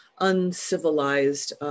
uncivilized